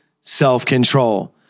self-control